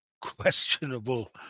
questionable